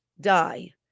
die